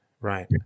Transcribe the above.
Right